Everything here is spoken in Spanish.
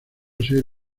ser